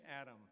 Adam